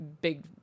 big